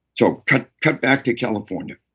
so cut cut back to california,